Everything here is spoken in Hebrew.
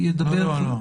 לא.